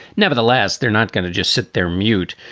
nevertheless, they're not going to just sit there mute.